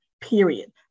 Period